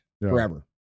forever